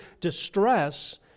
distress